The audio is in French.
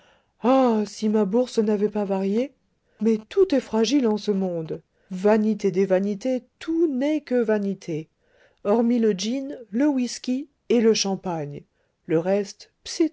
ah si ma bourse n'avait pas varié mais tout est fragile en ce monde vanité des vanités tout n'est que vanité hormis le gin le whiskey et le champagne le reste